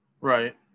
Right